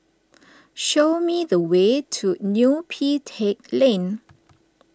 show me the way to Neo Pee Teck Lane